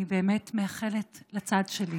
אני באמת מאחלת לצד שלי